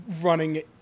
running